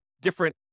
different